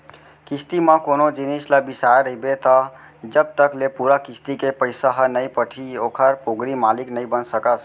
किस्ती म कोनो जिनिस ल बिसाय रहिबे त जब तक ले पूरा किस्ती के पइसा ह नइ पटही ओखर पोगरी मालिक नइ बन सकस